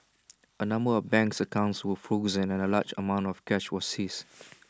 A number of banks accounts were frozen and A large amount of cash was seized